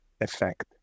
effect